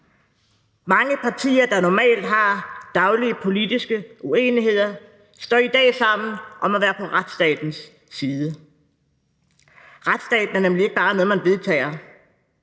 Mange partier, der normalt har daglige politiske uenigheder, står i dag sammen om at være på retsstatens side. Retsstaten er nemlig ikke bare noget, man vedtager.